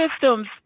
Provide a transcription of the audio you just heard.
systems